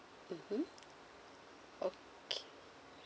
mmhmm okay